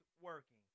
working